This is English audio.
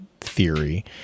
theory